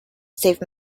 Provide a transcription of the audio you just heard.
save